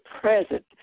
present